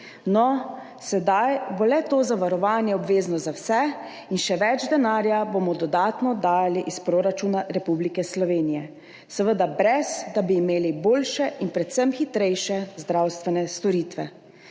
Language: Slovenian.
No, sedaj bo to zavarovanje obvezno za vse in še več denarja bomo dodatno dajali iz proračuna Republike Slovenije, seveda brez tega, da bi imeli boljše in predvsem hitrejše zdravstvene storitve.